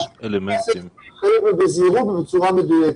צריך לעשות את זה בזהירות ובצורה מדויקת.